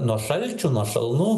nuo šalčių nuo šalnų